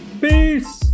Peace